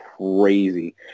crazy